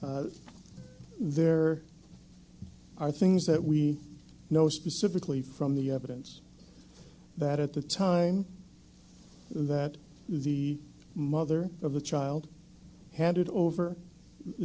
statements there are things that we know specifically from the evidence that at the time that the mother of the child handed over the